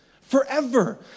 forever